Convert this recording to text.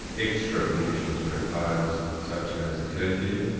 extra conditions are imposed such as a curfew,